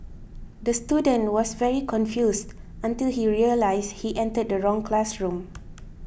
the student was very confused until he realised he entered the wrong classroom